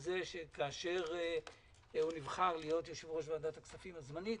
שכאשר הוא נבחר להיות יושב-ראש ועדת הכספים הזמנית,